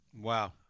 Wow